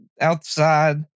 outside